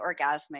orgasmic